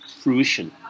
fruition